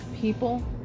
people